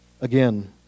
again